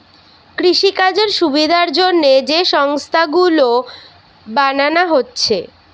কৃষিকাজের সুবিধার জন্যে যে সংস্থা গুলো বানানা হচ্ছে